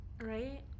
Right